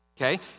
okay